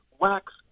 wax